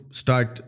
start